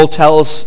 tells